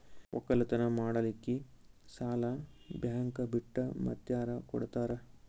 ಒಕ್ಕಲತನ ಮಾಡಲಿಕ್ಕಿ ಸಾಲಾ ಬ್ಯಾಂಕ ಬಿಟ್ಟ ಮಾತ್ಯಾರ ಕೊಡತಾರ?